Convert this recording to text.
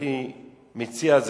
והייתי מציע,